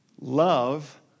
Love